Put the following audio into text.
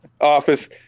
office